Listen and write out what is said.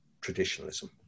traditionalism